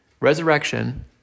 resurrection